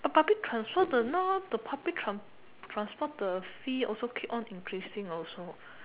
the public transport the now the public tran~ transport the fee also keep on increasing also